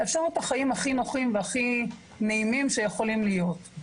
לאפשר את החיים הכי נוחים והכי נעימים שיכולים להיות.